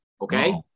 Okay